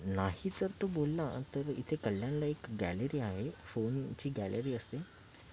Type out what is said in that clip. नाही जर तो बोलला तर इथे कल्यानला एक गॅलरी आहे फोनची गॅलरी असते